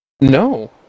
No